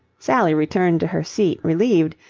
sally returned to her seat, relieved,